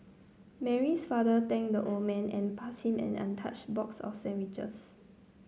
Mary's father thanked the old man and passed him and an untouched box of sandwiches